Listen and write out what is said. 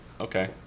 Okay